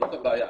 זאת הבעיה.